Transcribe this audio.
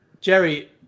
Jerry